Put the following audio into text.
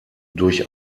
durch